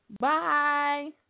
bye